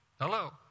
Hello